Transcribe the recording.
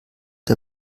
der